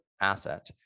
asset